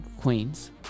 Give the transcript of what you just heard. queens